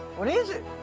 what is it?